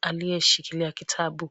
aliyeshikilia kitabu.